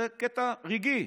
זה קטע רגעי.